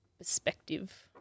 perspective